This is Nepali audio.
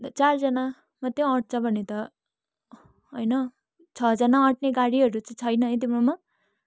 चारजना मात्रै अँट्छ भने त होइन छःजना अँट्ने गाडीहरू चाहिँ छैन है तिम्रोमा